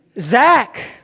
Zach